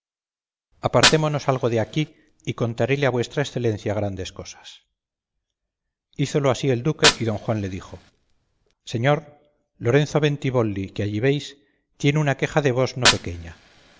apartémonos algo de aquí y contaréle a vuestra excelencia grandes cosas hízolo así el duque y don juan le dijo señor lorenzo bentibolli que allí veis tiene una queja de vos no pequeña